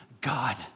God